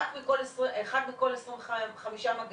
רק 1 מתוך כל 25 מגעים